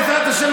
בעזרת השם,